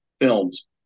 films